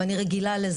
ואני רגילה לזה.